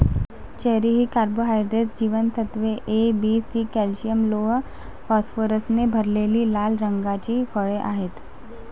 cherry ही carbohydrates, जीवनसत्त्वे A, B, C, calcium, लोह, फॉस्फरसने भरलेली लाल रंगाची फळे आहेत